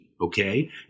okay